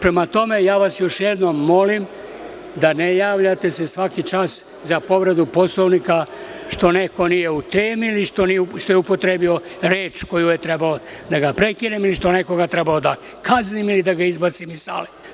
Prema tome, ja vas još jednom molim da se ne javljate svaki čas za povredu Poslovnika što neko nije u temi, ili što je upotrebio reč zbog koje je trebalo da ga prekinem, ili što je nekoga trebalo da kaznim ili da ga izbacim iz sale.